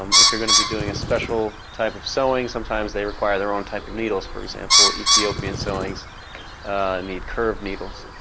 um if you are going to be doing a special type of sewing sometimes they require their own types of needles, for example ethiopian sewings need curve needles.